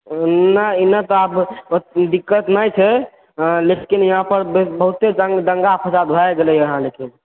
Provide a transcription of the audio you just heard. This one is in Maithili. नहि अऽ एना तऽ एतए दिक्कत नहि छै लेकिन यहाँ पर बहुत दंगा फसाद भऽ गेलै हे लेकिन